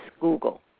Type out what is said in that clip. Google